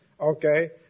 Okay